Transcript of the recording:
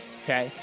okay